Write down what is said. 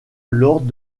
lors